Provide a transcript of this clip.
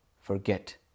forget